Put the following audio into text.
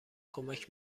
کمک